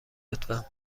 لطفا